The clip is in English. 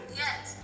yes